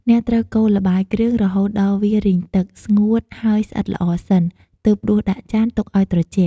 អ្នកត្រូវកូរល្បាយគ្រឿងរហូតដល់វារីងទឹក ស្ងួតហើយស្អិតល្អសិន ទើបដួសដាក់ចានទុកឲ្យត្រជាក់។